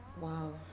Wow